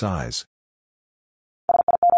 Size